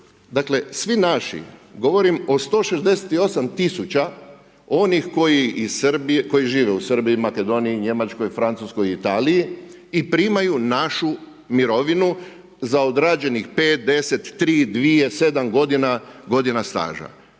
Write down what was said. dakle svi naši, govorim o 168 tisuća onih koji žive u Srbiji, Makedoniji, Njemačkoj, Francuskoj i Italiji i primaju našu mirovinu za odrađenih 5, 10, 3, 2, 7 godina staža.